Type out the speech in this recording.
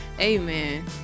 Amen